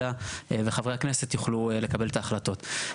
הוועדה וחברי הכנסת יוכלו לקבל את ההחלטות.